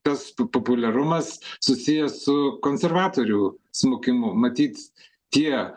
tas p populiarumas susijęs su konservatorių smukimu matyt tie